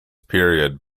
period